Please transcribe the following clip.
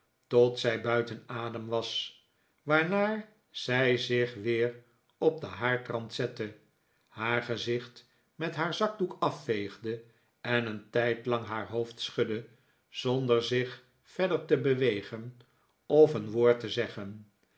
tot zij buiten adem was waarna zij zieh weer op den haardrand zette haar gezicht met haar zakdoek afveegde en een tijdlang haar hoofd schudde zonder zich verder te bewegen of een woord te zeggen